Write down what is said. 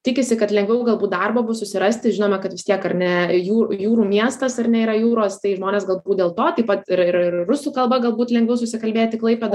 tikisi kad lengviau galbūt darbą bus susirasti žinome kad vis tiek ar ne jų jūrų miestas ar ne yra jūros tai žmonės galbūt dėl to taip pat ir ir rusų kalba galbūt lengviau susikalbėti klaipėdoj